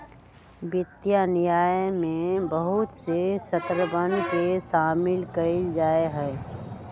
वित्तीय न्याय में बहुत से शर्तवन के शामिल कइल जाहई